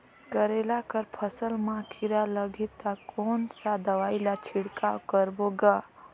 करेला कर फसल मा कीरा लगही ता कौन सा दवाई ला छिड़काव करबो गा?